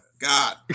God